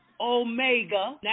Omega